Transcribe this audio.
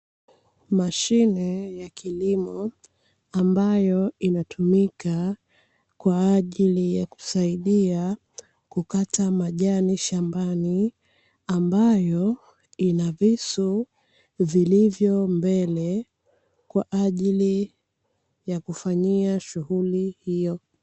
Mashine ya kilimo ambayo inatumika kwa ajili ya kusaidia kukata majani shambani, ambayo ina visu vilivyo mbele kwa ajili ya kufanyia shughuli hiyo.